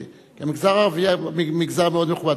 כי המגזר הערבי הוא מגזר מאוד מכובד.